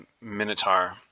Minotaur